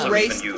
race